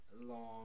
long